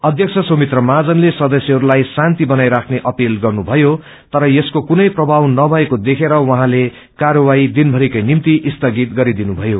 अध्यक्ष सुमित्रा महाजनले सदस्यहस्लाई शान्ति बनाइराख्ने अपील गर्नुथयो तर यसको कुनै प्रभाव नभएको देखेर उझँले कार्यवाही दिनभरिकक्वे निम्ति स्थगित गरिदिनुभयो